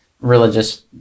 religious